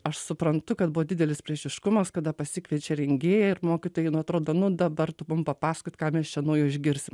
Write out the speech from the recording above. aš suprantu kad buvo didelis priešiškumas kada pasikviečia rengėją ir mokytojai n atrodo nu dabar tu mum papasakok ką mes čia naujo išgirsim